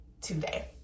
today